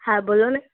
હા બોલોને